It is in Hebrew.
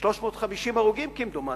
350 הרוגים, כמדומני.